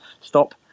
stop